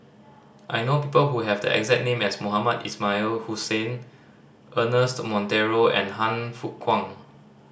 I know people who have the exact name as Mohamed Ismail Hussain Ernest Monteiro and Han Fook Kwang